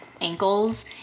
ankles